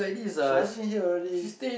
Shazlin here already